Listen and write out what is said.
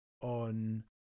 on